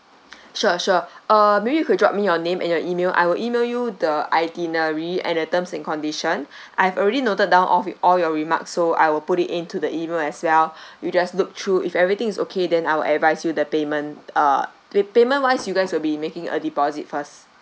sure sure uh maybe you could drop me your name and your email I will email you the itinerary and terms and condition I've already noted down of you all your remarks so I will put it into the email as well you just look through if everything is okay then I will advice you the payment uh payment wise you guys will be making a deposit first